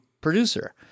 producer